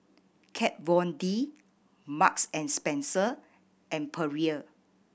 Kat Von D Marks and Spencer and Perrier